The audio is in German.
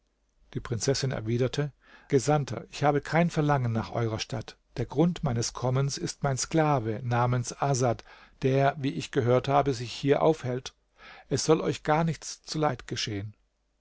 die prinzessin erwiderte gesandter ich habe kein verlangen nach eurer stadt der grund meines kommens ist mein sklave namens asad der wie ich gehört habe sich hier aufhält es soll euch gar nichts zuleid geschehen